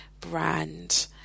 brand